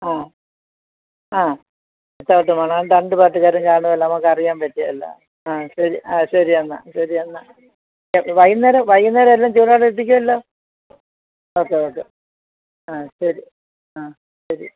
ആ ആ വേണം രണ്ട് പാട്ടുകാര്യം നമുക്ക് അറിയാൻ പറ്റില്ല ആ ശരി ആ ശരി എന്നാല് ശരി എന്നാല് വൈകുന്നേരം വൈകുന്നേരം എല്ലാം ചൂടോടെ എത്തിക്കുമല്ലോ ഓക്കെ ഓക്കെ ആ ശെരി ആ ശരി